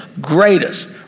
greatest